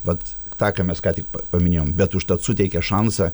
vat tą ką mes ką tik paminėjom bet užtat suteikia šansą